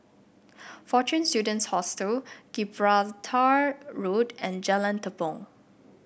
Fortune Students Hostel Gibraltar Road and Jalan Tepong